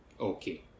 okay